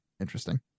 interesting